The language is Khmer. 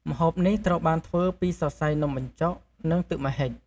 ម្ហូបនេះត្រូវបានធ្វើពីសរសៃនំបញ្ចុក និងទឹកម្ហិច។